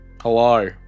Hello